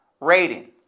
rating